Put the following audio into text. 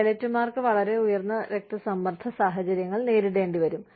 പൈലറ്റുമാർക്ക് വളരെ ഉയർന്ന സമ്മർദ്ദ സാഹചര്യങ്ങൾ നേരിടേണ്ടിവരും